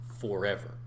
forever